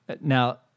now